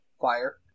fire